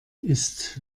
ist